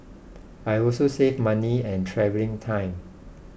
I also save money and travelling time